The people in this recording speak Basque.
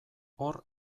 hor